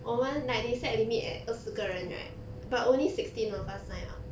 我们 like they set limit at 二十个人 right but only sixteen of us signed up